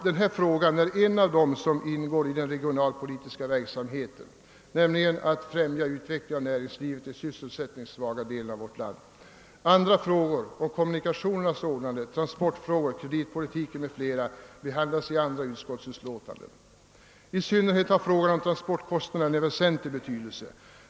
Denna fråga är en av dem som ingår i den regionalpolitiska verksamheten, nämligen att främja utvecklingen av näringslivet i de sysselsättningssvaga delarna av vårt land. Andra frågor, t.ex. kommunikationernas ordnande, transportfrågor, kreditpolitiken o.s. v., behandlas i andra utskottsutlåtanden. I synnerhet har frågan om transportkostnaderna en väsentlig betydelse.